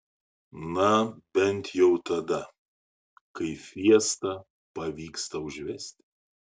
na bent jau tada kai fiesta pavyksta užvesti